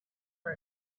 for